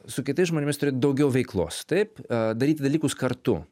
su kitais žmonėmis turi daugiau veiklos taip daryt dalykus kartu